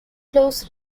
close